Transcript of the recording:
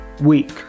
week